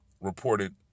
reported